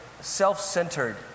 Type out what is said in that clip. Self-centered